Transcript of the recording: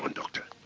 and doctor.